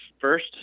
first